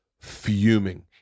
fuming